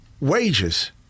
wages